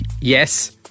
Yes